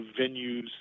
venues